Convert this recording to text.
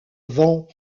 avant